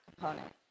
component